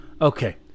Okay